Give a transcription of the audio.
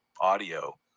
audio